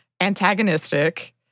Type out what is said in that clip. antagonistic